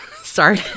Sorry